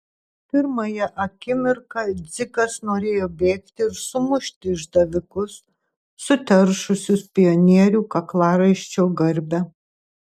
pirmąją akimirką dzikas norėjo bėgti ir sumušti išdavikus suteršusius pionierių kaklaraiščio garbę